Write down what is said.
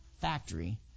factory